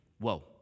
Whoa